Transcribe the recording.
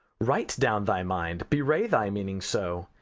write down thy mind, bewray thy meaning so,